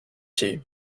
tea